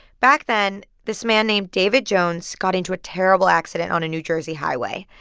back then, this man named david jones got into a terrible accident on a new jersey highway.